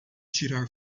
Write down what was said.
tirar